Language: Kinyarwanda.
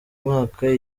mwaka